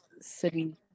city